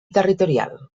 territorial